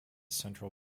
central